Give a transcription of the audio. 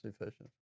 efficient